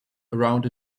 around